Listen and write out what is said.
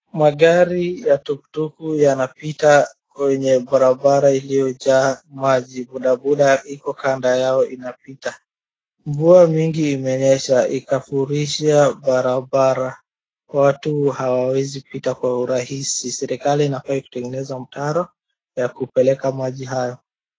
Magari ya tuktuk yanapita kwenye barabara iliyojaa maji. Bodaboda iko kando yao inapita. Mvua mingi imenyesha ikafurisha barabara. Watu hawawezi pita kwa urahisi. Serikali inafaa kutengeza mtaro ya kupeleka maji hayo.